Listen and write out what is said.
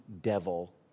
devil